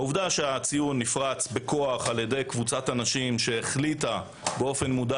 העובדה שהציון נפרץ בכוח על ידי קבוצת אנשים שהחליטה באופן מודע